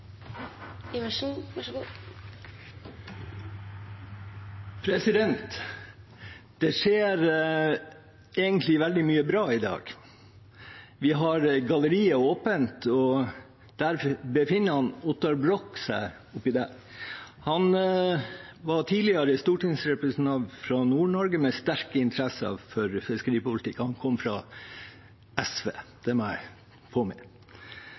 Det skjer egentlig veldig mye bra i dag. Vi har galleriet åpent, og der befinner Ottar Brox seg. Han var tidligere stortingsrepresentant fra Nord-Norge, med sterke interesser for fiskeripolitikk. Han kom fra SV, det må jeg få med.